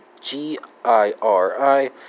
G-I-R-I